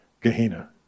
Gehenna